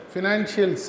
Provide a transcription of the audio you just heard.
Financial